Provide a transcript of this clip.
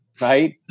right